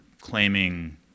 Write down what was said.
claiming